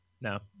no